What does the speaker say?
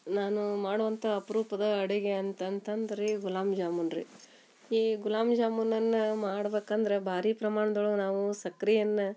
ನಾನು ಮಾಡುವಂಥ ಅಪರೂಪದ ಅಡುಗೆ ಅಂತಂತಂದ್ರೆ ರಿ ಗುಲಾಬ್ ಜಾಮೂನ್ ರಿ ಈ ಗುಲಾಬ್ ಜಾಮೂನನ್ನು ಮಾಡ್ಬೇಕು ಅಂದ್ರೆ ಭಾರಿ ಪ್ರಮಾಣ್ದೊಳಗೆ ನಾವು ಸಕ್ರೆಯನ್ನ